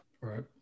right